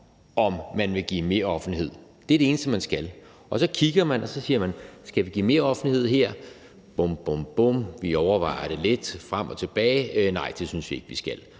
om man vil give meroffentlighed. Det er det eneste, man skal. Og så kigger man, og så siger man: Skal vi give meroffentlighed her? Bum, bum, vi overvejer det lidt frem og tilbage. Nej, det synes vi ikke at vi skal.